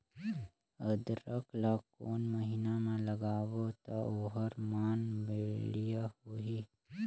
अदरक ला कोन महीना मा लगाबो ता ओहार मान बेडिया होही?